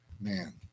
man